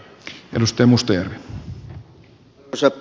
arvoisa puhemies